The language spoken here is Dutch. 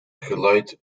geluid